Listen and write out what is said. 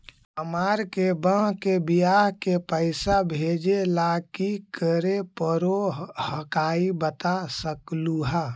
हमार के बह्र के बियाह के पैसा भेजे ला की करे परो हकाई बता सकलुहा?